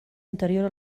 anterior